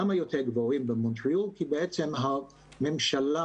למה הם יותר גבוהים במונטריאול?